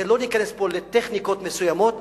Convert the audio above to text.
ולא ניכנס פה לטכניקות מסוימות,